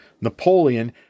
Napoleon